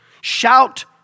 Shout